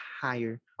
higher